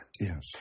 Yes